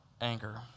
anger